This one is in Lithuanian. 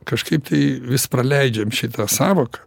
kažkaip tai vis praleidžiam šitą sąvoką